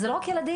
וזה לא רק ילדים.